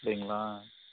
அப்படீங்களா